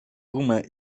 gumę